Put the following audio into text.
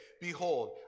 Behold